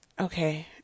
Okay